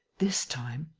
this time!